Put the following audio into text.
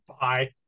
Bye